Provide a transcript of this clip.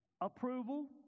approval